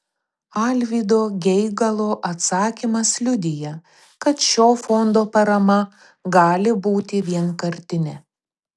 alvydo geigalo atsakymas liudija kad šio fondo parama gali būti vienkartinė